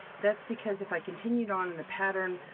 that's because if i continued on in the pattern,